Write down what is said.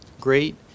great